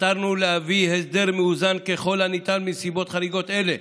חתרנו להביא להסדר מאוזן ככל הניתן בנסיבות חריגות אלה,